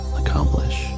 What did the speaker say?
accomplish